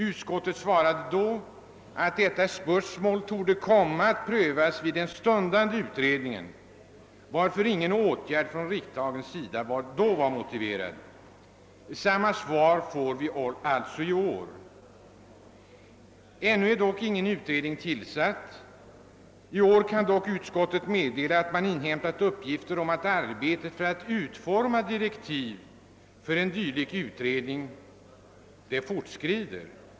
Utskottet svarade då, att detta spörsmål torde komma att prövas av den stundande utredningen, varför inga åtgärder från riksdagens sida då var motiverade. Samma svar får vi alltså i år. Ännu är ingen utredning tillsatt. I år kan dock utskottet meddela, att det inhämtat uppgifter om att arbetet för att utforma direktiv för en dylik utredning fortskrider.